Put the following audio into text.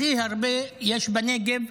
הכי הרבה יש בנגב,